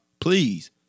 Please